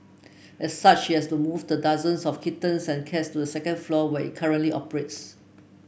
as such he has to move the dozens of kittens and cats to the second floor where it currently operates